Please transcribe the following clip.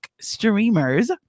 streamers